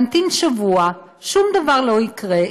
להמתין שבוע, שום דבר לא יקרה.